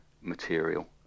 material